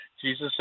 Jesus